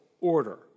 order